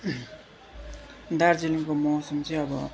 दार्जिलिङको मौसम चाहिँ अब